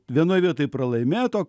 vienoj vietoj pralaimėto